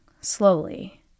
slowly